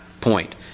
point